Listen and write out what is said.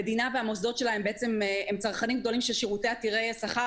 המדינה והמוסדות שלה הם צרכנים גדולים של שירותים עתירי שכר,